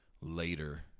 later